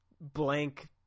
blank